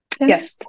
Yes